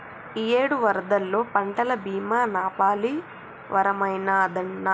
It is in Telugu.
ఇయ్యేడు వరదల్లో పంటల బీమా నాపాలి వరమైనాదన్నా